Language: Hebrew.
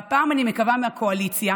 והפעם אני מקווה, מהקואליציה